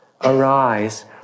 arise